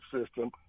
system